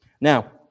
Now